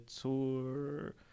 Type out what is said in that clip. tour